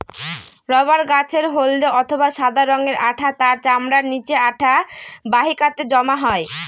rubber গাছের হল্দে অথবা সাদা রঙের আঠা তার চামড়ার নিচে আঠা বাহিকাতে জমা হয়